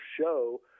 show